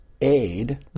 aid